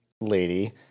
lady